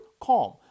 CALM